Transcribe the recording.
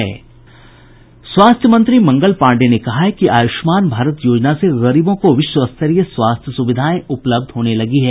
स्वास्थ्य मंत्री मंगल पांडेय ने कहा है कि आयुष्मान भारत योजना से गरीबों को विश्व स्तरीय स्वास्थ्य सुविधाएं उपलब्ध होने लगी हैं